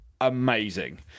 amazing